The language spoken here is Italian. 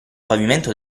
pavimento